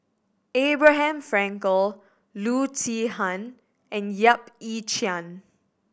Abraham Frankel Loo Zihan and Yap Ee Chian